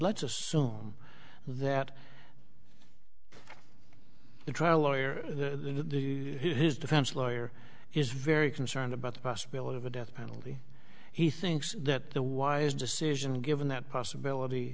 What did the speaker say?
let's assume that the trial lawyer his defense lawyer is very concerned about the possibility of a death penalty he thinks that the wise decision given that possibility